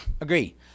agree